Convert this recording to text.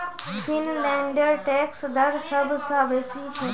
फिनलैंडेर टैक्स दर सब स बेसी छेक